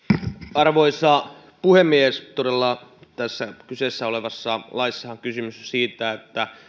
arvoisa puhemies todella tässä kyseessä olevassa laissahan on kysymys siitä että